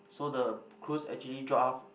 so the cruise actually draft